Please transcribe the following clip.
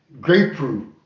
grapefruit